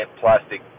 plastic